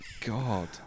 God